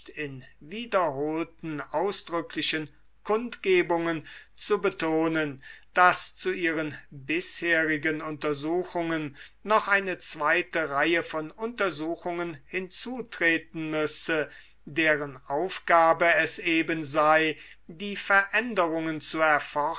in wiederholten ausdrücklichen kundgebungen zu betonen daß zu ihren bisherigen untersuchungen noch eine zweite reihe von untersuchungen hinzutreten müsse deren aufgabe es eben sei die veränderungen zu